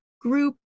group